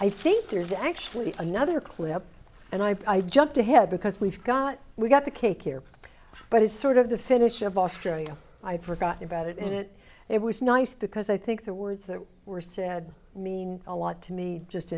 i think there's actually another clip and i jumped ahead because we've got we've got the cake here but it's sort of the finish of australia i forgot about it and it it was nice because i think the words that were said mean a lot to me just